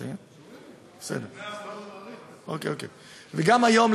גם היום,